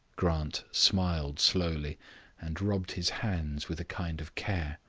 grant smiled slowly and rubbed his hands with a kind of care.